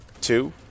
two